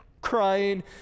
crying